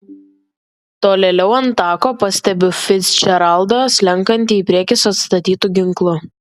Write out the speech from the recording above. tolėliau ant tako pastebiu ficdžeraldą slenkantį į priekį su atstatytu ginklu